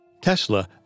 Tesla